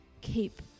keep